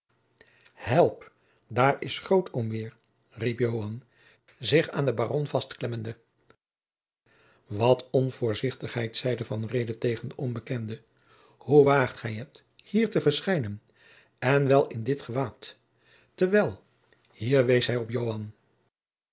help daar is grootoom weêr riep joan zich aan den baron vastklemmende wat onvoorzichtigheid zeide van reede tejacob van lennep de pleegzoon gen den onbekende hoe waagt gij het hier te verschijnen en wel in dit gewaad terwijl hier wees hij op